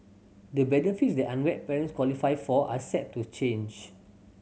the benefits that unwed parents qualify for are set to change